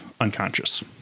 unconscious